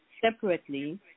separately